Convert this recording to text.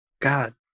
God